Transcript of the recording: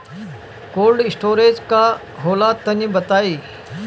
Cold storage का होला तनि बताई?